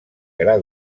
gra